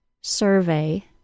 survey